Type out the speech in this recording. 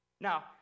now